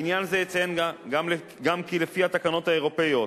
בעניין זה אציין גם כי לפי התקנות האירופיות,